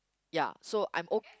ya so I'm o~